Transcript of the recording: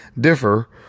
differ